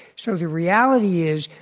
so the reality is,